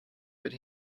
but